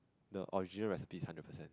the original recipe